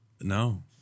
No